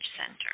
center